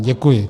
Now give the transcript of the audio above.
Děkuji.